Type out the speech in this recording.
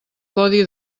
codi